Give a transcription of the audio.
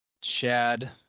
Chad